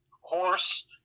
horse